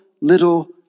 little